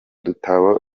dutabo